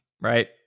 right